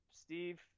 Steve